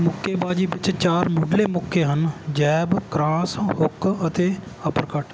ਮੁੱਕੇਬਾਜ਼ੀ ਵਿੱਚ ਚਾਰ ਮੁੱਢਲੇ ਮੁੱਕੇ ਹਨ ਜੈਬ ਕਰਾਸ ਹੁੱਕ ਅਤੇ ਅਪਰਕਟ